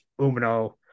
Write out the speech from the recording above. Umino